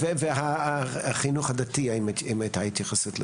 בסדר, והחינוך הדתי אם הייתה התייחסות לזה.